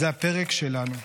זה הפרק שלנו.